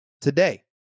today